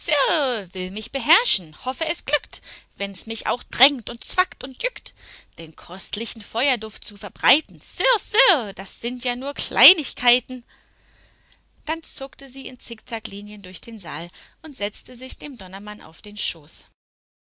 will mich beherrschen hoffe es glückt wenn's mich auch drängt und zwackt und jückt den köstlichen feuerduft zu verbreiten sirrr sirrr das sind ja nur kleinigkeiten dann zuckte sie in zickzacklinien durch den saal und setzte sich dem donnermann auf den schoß